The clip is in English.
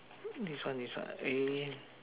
this one is what eh